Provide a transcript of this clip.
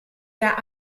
der